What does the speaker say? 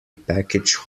package